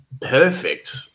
perfect